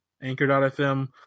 anchor.fm